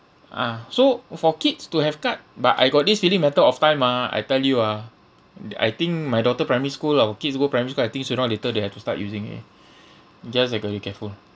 ah so for kids to have card but I got this really matter of time ah I tell you ah th~ I think my daughter primary school our kids go primary school I think sooner or later they have to start using it just have got to be careful